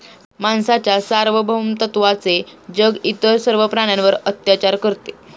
माणसाच्या सार्वभौमत्वाचे जग इतर सर्व प्राण्यांवर अत्याचार करते